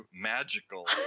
Magical